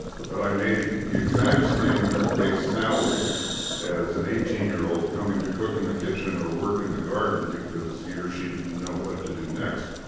but i made the exact same base salary as an eighteen year old coming to cook in the kitchen or work in the garden because he or she didn't know what to do next.